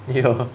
ya